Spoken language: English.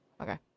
Okay